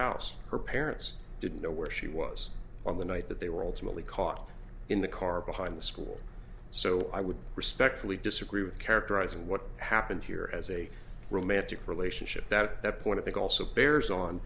house her parents didn't know where she was on the night that they were ultimately caught in the car behind the school so i would respectfully disagree with characterizing what happened here as a romantic relationship that the point of it also bears on